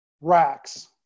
racks